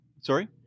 Sorry